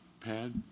pad